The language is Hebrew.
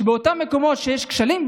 ואותם מקומות שיש בהם כשלים,